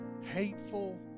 hateful